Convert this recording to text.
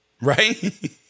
right